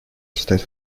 состоит